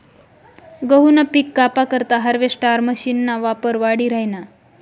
गहूनं पिक कापा करता हार्वेस्टर मशीनना वापर वाढी राहिना